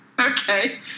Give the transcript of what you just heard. Okay